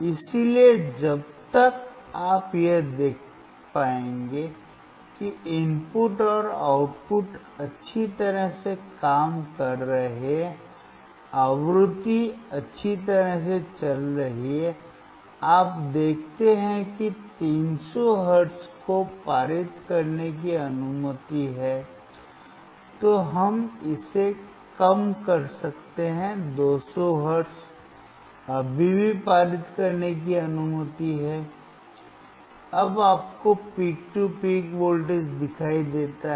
इसलिए जब तक आप यह देख पाएंगे कि इनपुट और आउटपुट अच्छी तरह से काम कर रहे हैं आवृत्ति अच्छी तरह से चल रही है आप देखते हैं कि 300 हर्ट्ज को पारित करने की अनुमति है तो हम इसे कम कर सकते हैं 200 हर्ट्ज अभी भी पारित करने की अनुमति दे रहा है अब आपको पीक टू पीक वोल्टेज दिखाई देता है